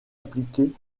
impliqués